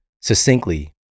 succinctly